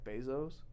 Bezos